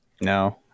No